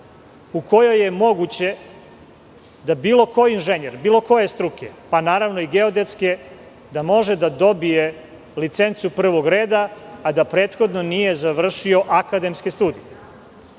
u kojoj je moguće da bilo koji inženjer bilo koje struke, pa naravno i geodetske, može da dobije licencu prvog reda, a da prethodno nije završio akademske studije. Ovde